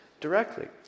directly